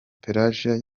pelagie